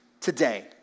today